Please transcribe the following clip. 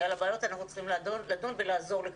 כי על הבעיות אנחנו צריכים לדון ולעזור לקדם.